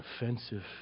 offensive